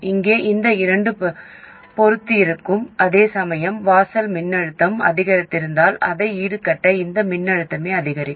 இங்கே இந்த இரண்டும் பொருந்தியிருக்கும் அதேசமயம் வாசல் மின்னழுத்தம் அதிகரித்தால் அதை ஈடுகட்ட இந்த மின்னழுத்தமே அதிகரிக்கும்